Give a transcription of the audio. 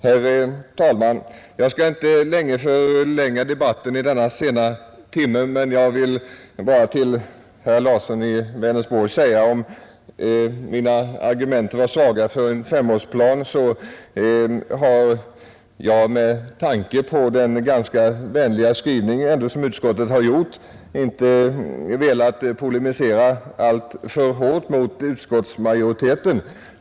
Herr talman! Jag skall inte mycket förlänga debatten vid denna sena timme. Men till herr Larsson i Vänersborg, som ansåg att mina argument för en femårsplan var svaga, vill jag säga att jag med tanke på den ganska vänliga skrivning som utskottet ändå presterat inte har velat polemisera alltför hårt mot utskottsmajoriteten.